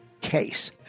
case